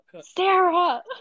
Sarah